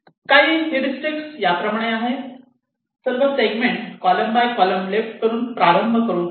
काही हेरिस्टिक्स याप्रमाणे आहेत सर्व segment column by column left कडून प्रारंभ करून ठेवा